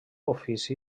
ofici